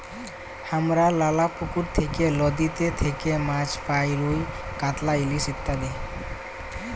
হামরা লালা পুকুর থেক্যে, লদীতে থেক্যে মাছ পাই রুই, কাতলা, ইলিশ ইত্যাদি